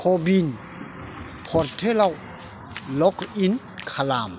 क'भिन पर्टेलाव लग इन खालाम